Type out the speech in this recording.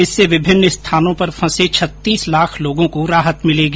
इससे विभिन्न स्थानों पर फंसे छत्तीस लाख लोगों को राहत मिलेगी